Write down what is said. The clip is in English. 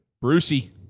Brucey